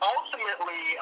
Ultimately